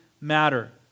matter